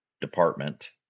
department